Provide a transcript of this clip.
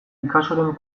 picassoren